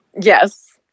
Yes